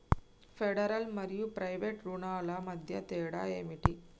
Federal మరియు private రుణాల మధ్య తేడా ఏమిటి?